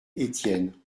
etienne